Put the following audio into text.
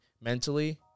Mentally